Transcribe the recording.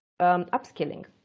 upskilling